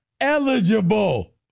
eligible